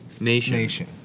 Nation